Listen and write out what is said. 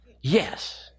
Yes